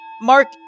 Mark